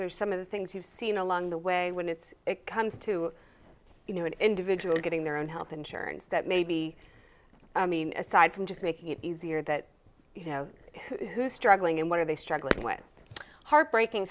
through some of the things you've seen along the way when it's it comes to you know an individual getting their own health insurance that maybe i mean aside from just making it easier that you know who's struggling and what are they struggling with heartbreaking